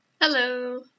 Hello